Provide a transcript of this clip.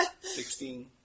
Sixteen